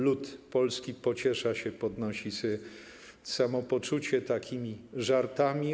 Lud polski pociesza się, podnosi sobie samopoczucie takimi żartami.